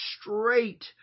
straight